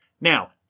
now